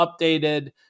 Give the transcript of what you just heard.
updated